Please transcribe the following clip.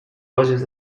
vages